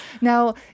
Now